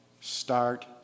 start